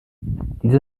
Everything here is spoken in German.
diese